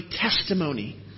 testimony